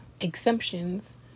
exemptions